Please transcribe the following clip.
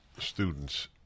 students